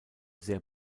sehr